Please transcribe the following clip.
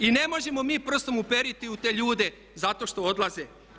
I ne možemo mi prstom uperiti u te ljude zato što odlaze.